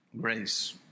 grace